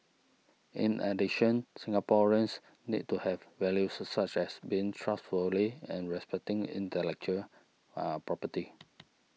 in addition Singaporeans need to have values such as being trustworthy and respecting intellectual property